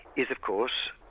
is of course,